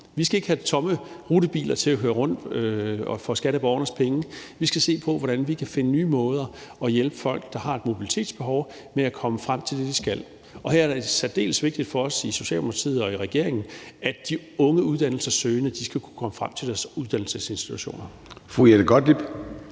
Vi skal ikke have tomme rutebiler til at køre rundt for skatteborgernes penge. Vi skal se på, hvordan vi kan finde nye måder at hjælpe folk, der har et mobilitetsbehov, med at komme frem til det, de skal. Og her er det særdeles vigtigt for os i Socialdemokratiet og regeringen, at de unge uddannelsessøgende skal kunne komme frem til deres uddannelsesinstitutioner Kl. 14:26 Formanden